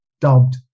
dubbed